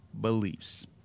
beliefs